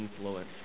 influence